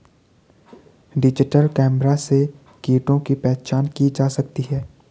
digital camera से कीटों की पहचान की जा सकती है